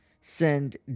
send